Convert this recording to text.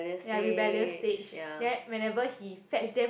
ya rebellious stage then whenever he fetch them